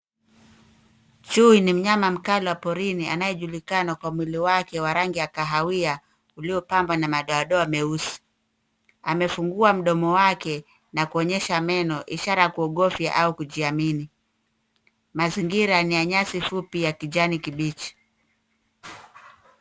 Chui ni mnyama mkali wa porini, anayejulikana kwa mwili wake wa rangi ya kahawia uliopambwa na madoadoa meusi. Amefungua mdomo wake na kuonyesha meno, ishara wa kuogofya au kujiamini. Mazingira ni ya nyasi fupi ya kijani kibichi.